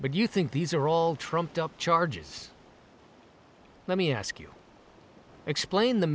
but you think these are all trumped up charges let me ask you explain the